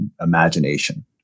imagination